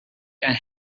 and